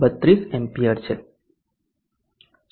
32 A છે